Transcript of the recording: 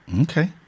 Okay